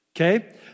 Okay